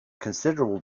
considerable